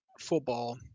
football